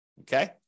Okay